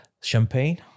champagne